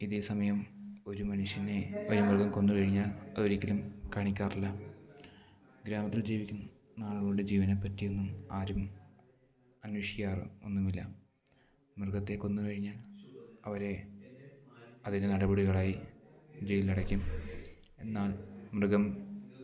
ഇതേ സമയം ഒരു മനുഷ്യനെ ഒരു മൃഗം കൊന്ന് കഴിഞ്ഞാൽ അതൊരിക്കലും കാണിക്കാറില്ല ഗ്രാമത്തിൽ ജീവിക്കുന്ന ആളുകളുടെ ജീവനേപ്പറ്റിയൊന്നും ആരും അന്വേഷിക്കാറ് ഒന്നുമില്ല മൃഗത്തെ കൊന്ന് കഴിഞ്ഞാൽ അവരെ അതിന് നടപടികളായി ജയിലിലടയ്ക്കും എന്നാൽ മൃഗം